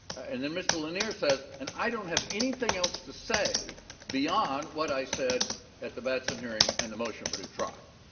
and then mr. lanier says and i don't have anything else to say beyond what i said at the batson hearing and the motion for a new trial.